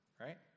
right